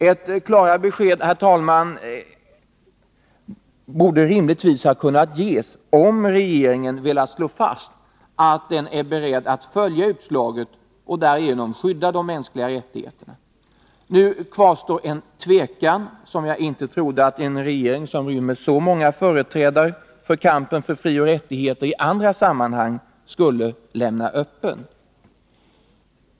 Ett klarare besked, herr talman, borde rimligtvis ha kunnat ges om regeringen velat slå fast att den är beredd att följa utslaget och därigenom skydda de mänskliga rättigheterna. Nu kvarstår en tvekan som jag inte trodde att en regering som rymmer så många företrädare för kampen för frioch rättigheter i andra sammanhang skulle lämna öppen.